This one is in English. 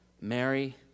Mary